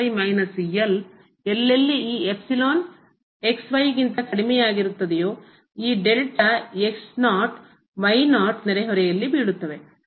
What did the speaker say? ಈ ಮೈನಸ್ ಎಲ್ಲೆಲ್ಲಿ ಈ ಇಪ್ಸಿಲಾನ್ ಗಿಂತ ಕಡಿಮೆಯಾಗಿರುತ್ತದೆಯೋ ಈ ಡೆಲ್ಟಾ ನಾಟ್ ನಾಟ್ ನೆರೆಹೊರೆಯಲ್ಲಿ ಬೀಳುತ್ತವೆ